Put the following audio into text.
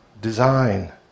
design